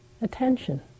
attention